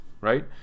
right